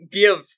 give